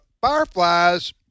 fireflies